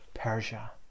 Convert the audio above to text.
Persia